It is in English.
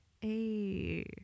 Hey